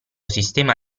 sistema